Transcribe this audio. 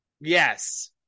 Yes